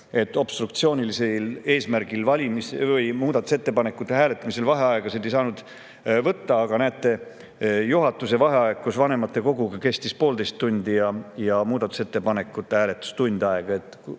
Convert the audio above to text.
obstruktsioonilisel eesmärgil muudatusettepanekute hääletamisel vaheaegasid ei saanud võtta, aga näete, juhatuse vaheaeg koos vanematekoguga kestis poolteist tundi ja muudatusettepanekute hääletus tund aega.